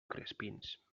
crespins